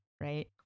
right